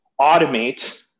automate